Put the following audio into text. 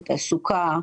בתעסוקה,